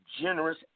generous